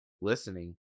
listening